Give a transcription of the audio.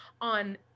on